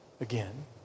again